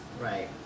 right